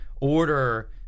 order